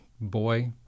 boy